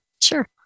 Sure